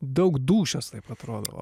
daug dūšios taip atrodo